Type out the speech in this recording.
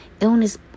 illness